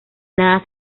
nada